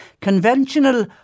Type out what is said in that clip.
Conventional